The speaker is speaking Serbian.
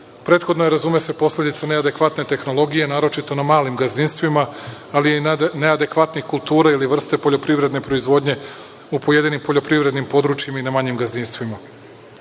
Prethodno je, razume se, posledica neadekvatne tehnologije, naročito na malim gazdinstvima, ali i neadekvatne kulture ili vrste poljoprivredne proizvodnje u pojedinim poljoprivrednim područjima i na manjim gazdinstvima. Struktura